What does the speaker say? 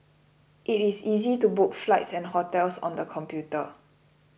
it is easy to book flights and hotels on the computer